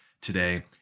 today